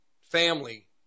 family